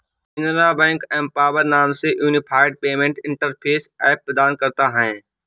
Canara bank empower नाम से unified payment interface app प्रदान करता हैं